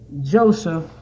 Joseph